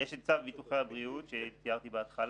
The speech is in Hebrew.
יש את צו ביטוחי הבריאות שתיארתי בהתחלה,